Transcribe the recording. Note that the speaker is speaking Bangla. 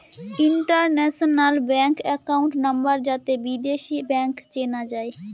ইন্টারন্যাশনাল ব্যাঙ্ক একাউন্ট নাম্বার যাতে বিদেশী ব্যাঙ্ক চেনা যায়